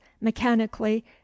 mechanically